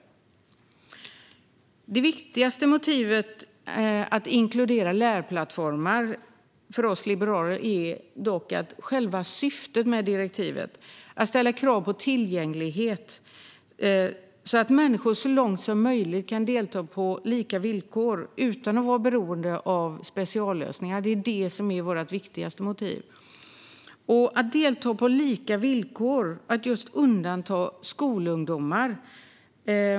För oss liberaler är dock det viktigaste motivet för att inkludera lärplattformar att själva syftet med direktivet är att ställa krav på tillgänglighet, så att människor så långt som möjligt kan delta på lika villkor utan att vara beroende av speciallösningar. Det är det som är vårt viktigaste motiv. Man undantar just skolungdomar.